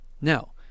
Now